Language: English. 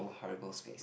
horrible space